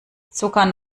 zuckern